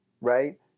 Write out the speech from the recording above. right